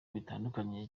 bitandukanye